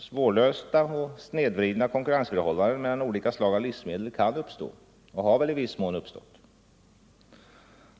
Svårlösta och snedvridna konkurrensförhållanden mellan olika slag av livsmedel kan uppstå och har väl i viss mån uppstått.